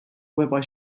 whereby